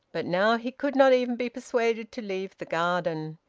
but now he could not even be persuaded to leave the garden.